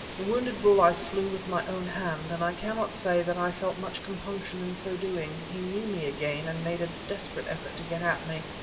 the wounded bull i slew with my own hand, and i cannot say that i felt much compunction in so doing. he knew me again, and made a desperate effort to get at me,